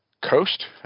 Coast